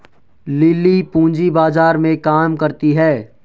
lily पूंजी बाजार में काम करती है